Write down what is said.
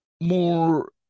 More